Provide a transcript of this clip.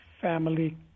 family